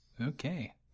Okay